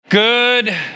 Good